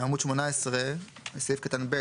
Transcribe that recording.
עמוד 18, סעיף 330יט, בסעיף קטן (ב)